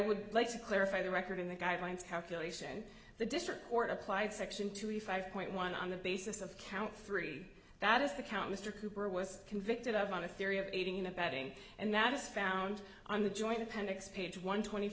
would like to clarify the record in the guidelines calculation the district court applied section to a five point one on the basis of count three that is the count mr cooper was convicted of on the theory of aiding and abetting and that is found on the joint appendix page one twenty